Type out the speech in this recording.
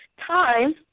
time